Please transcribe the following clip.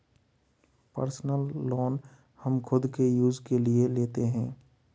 personal loan हम खुद के यूज के लिए लेते है